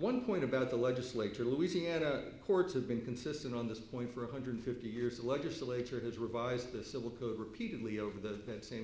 one point about the legislator louisiana courts have been consistent on this point for a hundred fifty years the legislature has revised the civil code repeatedly over the same